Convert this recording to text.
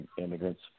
immigrants